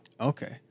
Okay